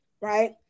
right